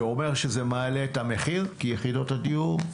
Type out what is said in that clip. זה אומר שזה מעלה את המחיר כי יחידות הדיור,